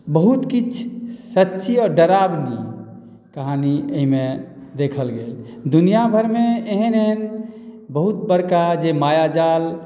बहुत किछु सच्ची आओर डरावनी कहानी एहिमे देखल गेल दुनिआँभरिमे एहन एहन बहुत बड़का जे मायाजाल